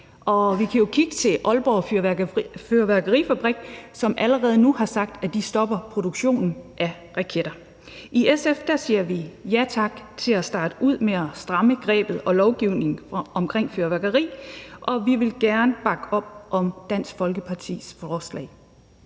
vi kan jo kigge til Aalborg Fyrværkerifabrik, som allerede nu har sagt, at de stopper produktionen af raketter. I SF siger vi ja tak til at starte ud med at stramme grebet og lovgivningen om fyrværkeri, og vi vil gerne bakke op om Dansk Folkepartis